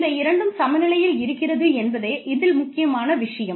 இந்த இரண்டும் சமநிலையில் இருக்கிறது என்பதே இதில் முக்கியமான விஷயம்